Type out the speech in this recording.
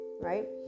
right